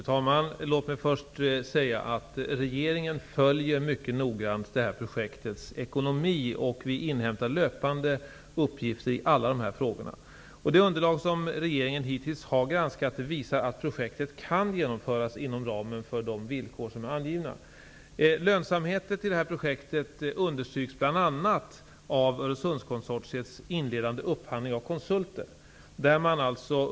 Fru talman! Låt mig först säga att regeringen mycket noggrant följer projektets ekonomi och löpande inhämtar uppgifter i alla dessa frågor. Det underlag som regeringen hittills har granskat visar att projektet kan genomföras inom ramen för de angivna villkoren. Lönsamheten i projektet understryks bl.a. av Öresundskonsortiets inledande upphandling av konsulter.